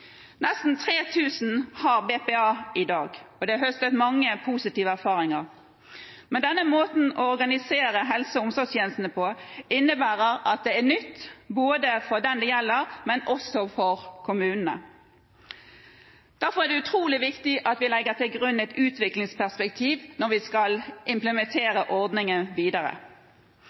Nesten 3 000 har BPA i dag, og det har høstet mange positive erfaringer. Men denne måten å organisere helse- og omsorgstjenestene på innebærer at det er nytt for den det gjelder, men også for kommunene. Derfor er det utrolig viktig at vi legger til grunn et utviklingsperspektiv når vi skal implementere ordningen videre.